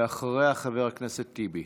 אחריה, חבר הכנסת טיבי.